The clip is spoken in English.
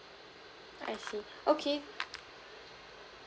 I see okay